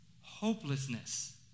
Hopelessness